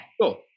cool